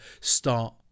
start